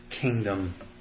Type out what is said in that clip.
kingdom